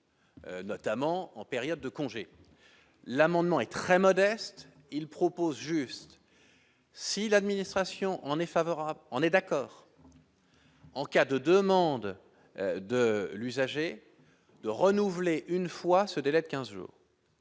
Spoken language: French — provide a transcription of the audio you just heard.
Notamment en période de congés, l'amendement est très modeste, il propose juste si l'administration on est favorable, on est d'accord, en cas de demande de l'usager, de renouveler une fois ce délai de 15 jours.